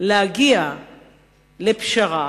להגיע לפשרה,